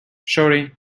shawty